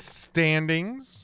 standings